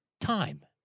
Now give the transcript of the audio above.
time